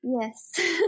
Yes